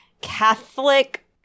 Catholic